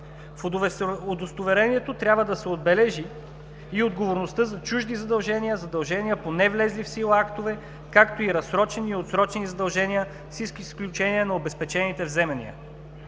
В удостоверението трябва да се отбележи и отговорността за чужди задължения, задължения по невлезли в сила актове, както и разсрочени и отсрочени задължения, с изключение на обезпечените вземания.